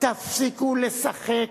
תפסיקו לשחק